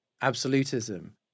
absolutism